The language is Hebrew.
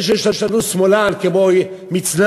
זה שיש לנו שמאלן כמו מצנע,